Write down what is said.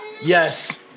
Yes